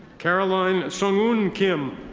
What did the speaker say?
caroline sung-woon kim.